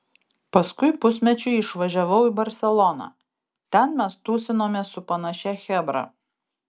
paskui pusmečiui išvažiavau į barseloną ten mes tūsinomės su panašia chebra